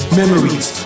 memories